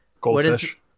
Goldfish